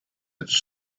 its